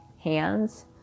hands